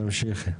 תמשיכי.